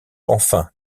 enfin